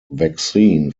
vaccine